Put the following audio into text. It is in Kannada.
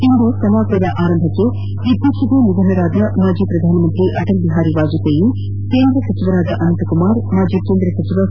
ಇಂದು ಕಲಾಪ ಆರಂಭವಾಗುತ್ತಿದ್ಲಂತೆ ಇತ್ತೀಚೆಗೆ ನಿಧನರಾದ ಮಾಜಿ ಪ್ರಧಾನಮಂತ್ರಿ ಅಟಲ್ ಬಿಹಾರಿ ವಾಜಪೇಯಿ ಕೇಂದ್ರ ಸಚಿವರಾದ ಅನಂತಕುಮಾರ್ ಮಾಜಿ ಕೇಂದ್ರ ಸಚಿವ ಸಿ